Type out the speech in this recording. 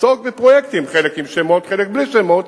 בעשרות פרויקטים, חלק עם שמות וחלק בלי שמות,